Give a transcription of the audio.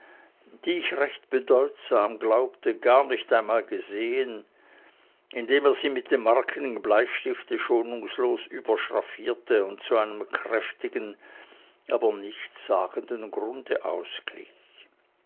die ich recht bedeutsam glaubte gar nicht einmal gesehen indem er sie mit dem markigen bleistifte schonungslos überschraffierte und zu einem kräftigen aber nichtssagenden grunde ausglich